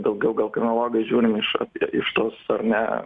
daugiau gal kriminologai žiūrim iš apie iš tos ar ne